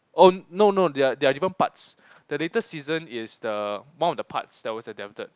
oh no no there are there are different parts the latest season is the one of the parts that was adapted